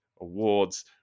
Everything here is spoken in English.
Awards